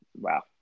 Wow